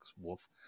Wolf